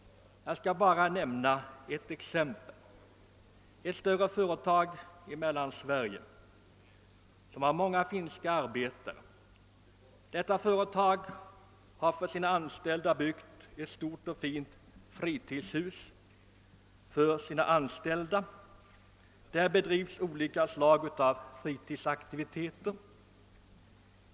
Jag skall bara nämna ett exempel. Ett större företag i Mellansverige, som sysselsätter många finska arbetare, har för sina anställda byggt ett stort och fint fritidshus. Där bedrivs olika slag av fritidsaktiviteter.